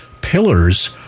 pillars